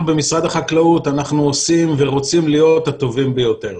אנחנו במשרד החקלאות עושים ורוצים להיות הטובים ביותר.